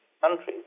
countries